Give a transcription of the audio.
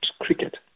cricket